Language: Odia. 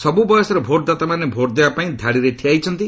ସବୁ ବୟସର ଭୋଟ୍ଦାତାମାନେ ଭୋଟ୍ ଦେବାପାଇଁ ଧାଡ଼ିରେ ଠିଆହୋଇଛନ୍ତି